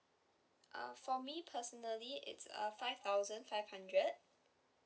uh for me personally it's uh five thousand five hundred